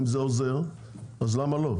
אם זה עוזר, למה לא?